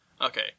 Okay